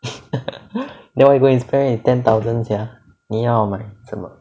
then what you gonna spend your ten thousand sia 你要买什么